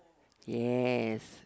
ya